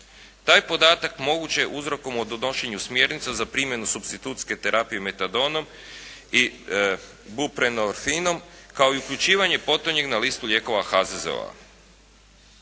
Taj podatak moguće je uzrokom u donošenju smjernica za primjenu substitucijske terapije Metadonom i Kuprenorfinom kao i uključivanje potonjih na listu lijekova HZZO-a.